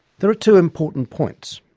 there are two important points.